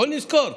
בואו נזכור,